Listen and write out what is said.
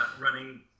running